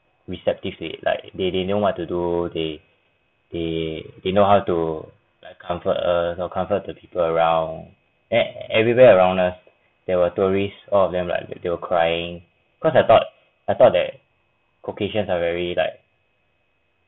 receptive leh like they didn't know what to do they they they know how to like comfort us or comfort to people around at everywhere around us there were tourists all of them like they they will crying cause I thought I thought that caucasians are very like